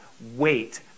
Wait